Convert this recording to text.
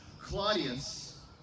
Claudius